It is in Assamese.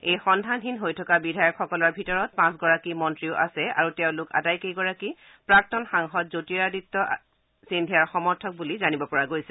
এই সন্ধানহীন হৈ থকা বিধায়কসকলৰ ভিতৰত পাঁচগৰাকী মন্ত্ৰীও আছে আৰু তেওঁলোক আটাইকেইগৰাকী প্ৰাক্তন সাংসদ জ্যোতিৰাদিত্য সিন্ধিয়াৰ সমৰ্থক বুলি জানিব পৰা গৈছে